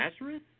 Nazareth